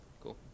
cool